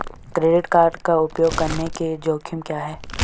Credit card का उपयोग करने के जोखिम क्या हैं?